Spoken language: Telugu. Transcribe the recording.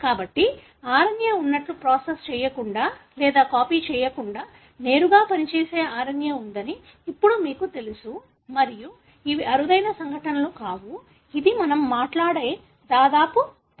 కాబట్టి RNA ఉన్నట్లు ప్రాసెస్ చేయకుండా లేదా కాపీ చేయకుండా నేరుగా పనిచేసే RNA ఉందని ఇప్పుడు మీకు తెలుసు మరియు ఇవి అరుదైన సంఘటనలు కాదు ఇది మనము మాట్లాడే దాదాపు ప్రతి కణంలో వుంది